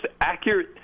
accurate